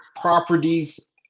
properties